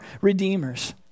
redeemers